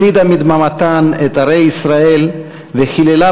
החרידה מדממתן את ערי ישראל וחיללה